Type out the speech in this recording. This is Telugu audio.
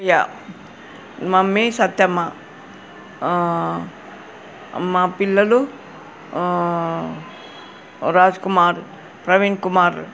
యా మమ్మీ సత్యమ్మ మా పిల్లలు రాజ్ కుమార్ ప్రవీణ్ కుమార్